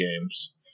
games